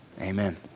Amen